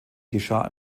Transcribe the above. geschah